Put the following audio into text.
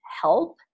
help